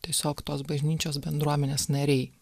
tiesiog tos bažnyčios bendruomenės nariai